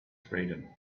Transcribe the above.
freedom